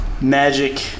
magic